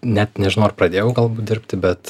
net nežinau ar pradėjau galbūt dirbti bet